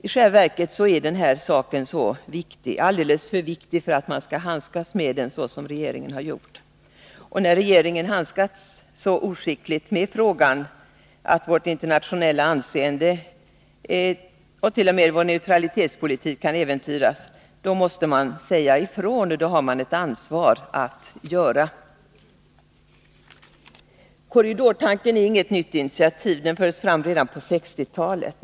I själva verket är den här frågan alldeles för viktig för att man skall handskas med den så som regeringen har gjort. Och när regeringen handskas så oskickligt med frågan att vårt internationella anseende och t.o.m. vår neutralitetspolitik kan äventyras, då måste man säga ifrån — det har man ett ansvar att göra. Korridortanken innebär inget nytt initiativ; den fördes fram redan på 1960-talet.